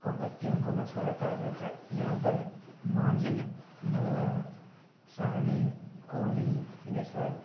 और व्यक्तियों को मछुआरा कहा जाता है यहाँ पर मांझी मल्लाह साहनी कोली निसाद